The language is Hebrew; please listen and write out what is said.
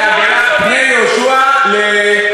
"פני יהושע" זה לא הראשונים.